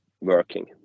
working